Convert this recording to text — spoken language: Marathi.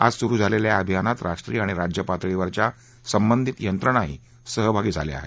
आज सुरु झालेल्या या अभियानात राष्ट्रीय आणि राज्य पातळीवरच्या संबधित यंत्रणाही सहभागी झाल्या आहेत